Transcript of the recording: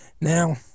now